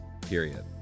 period